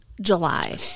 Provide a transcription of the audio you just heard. July